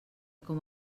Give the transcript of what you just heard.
com